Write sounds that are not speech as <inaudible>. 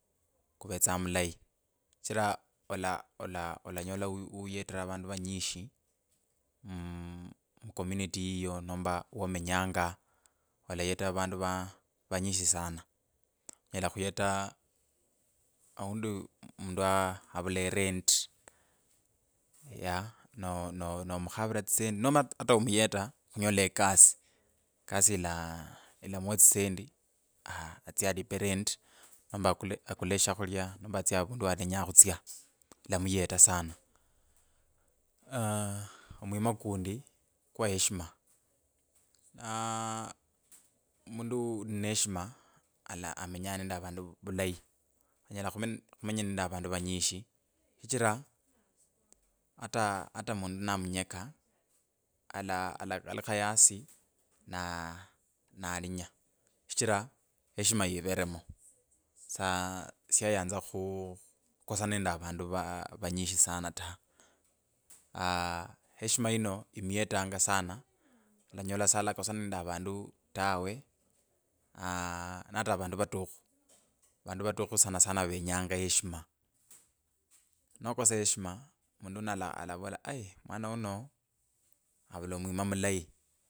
Khuvetsanga omulayi shichira ola ola olanyola uyetire avandu vanyishi mukomuniti yiyo nomba womenyanga olayeta avandu vanyishi sana onyala khuyeta awundi omundu avula erendi yaa nomukhavila tsisendi nomba nomuyeta khumukhavila ekasi ilimwa tsisendi aah atsye alipwe rent nomba akule eshakhulya nomba atsye avundu walenyanga okhutsya lamuyeta sana aah omwima kundi kwa eshima aa mundu uline eshima amenyanga na avandu ovulayi onyela khumenya na avandu ovulayi, onyela khumenya na avandu vanyishi shichira hata a. mundu namunyeka ala a alakalukha yasi na aah nalinya shichira eshima ivelemo ooh shilayanza khu khikosana na vandu vanyishi sana ta,, aa heshima yino yimuyetsa sana olanyola solakosana na vandu tawe aaa hata avandu vatukhu vandu vatukhu venyanga eshima. nokosa heshima mundu wuno alavola <hesitation> mwana wuno avula omwima mulayi.